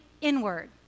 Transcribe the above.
inward